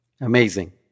Amazing